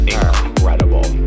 incredible